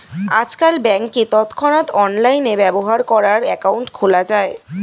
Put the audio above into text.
আজকাল ব্যাংকে তৎক্ষণাৎ অনলাইনে ব্যবহার করার অ্যাকাউন্ট খোলা যায়